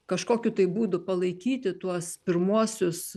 kažkokiu tai būdu palaikyti tuos pirmuosius